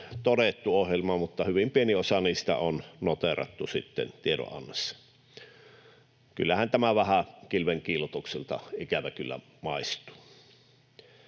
todettu, mutta hyvin pieni osa niistä on noteerattu sitten tiedonannossa. Kyllähän tämä vähän kilven kiillotukselta ikävä kyllä maistuu.